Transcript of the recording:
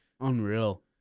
Unreal